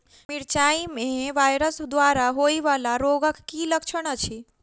मिरचाई मे वायरस द्वारा होइ वला रोगक की लक्षण अछि?